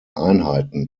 einheiten